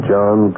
John